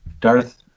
Darth